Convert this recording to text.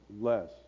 less